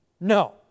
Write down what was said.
No